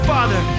Father